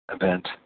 event